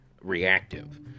reactive